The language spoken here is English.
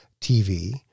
TV